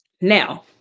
Now